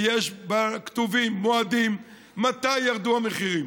ויש בכתובים מועדים מתי ירדו המחירים,